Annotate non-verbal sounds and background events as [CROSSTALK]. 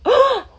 [BREATH]